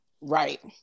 Right